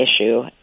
issue